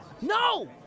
No